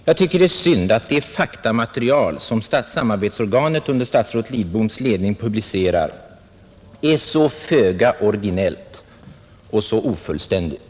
Jag tycker att det är synd att det faktamaterial som samarbetsorganet under statsrådet Lidboms ledning publicerar är så föga originellt och så ofullständigt.